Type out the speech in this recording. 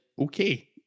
okay